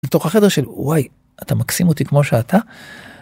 תוך החדר של וואי אתה מקסים אותי כמו שאתה.